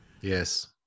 Yes